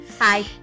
Hi